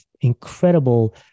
incredible